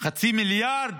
חצי מיליארד?